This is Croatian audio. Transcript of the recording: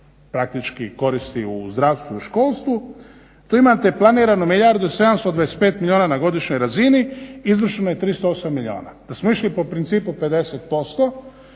praktički koristi u zdravstvu i školstvu. Tu imate planiranu 1 725 milijuna na godišnjoj razini, izvršeno je 308 milijuna. Da smo išli po principu 50%